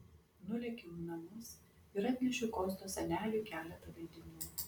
nulėkiau į namus ir atnešiau kostios seneliui keletą leidinių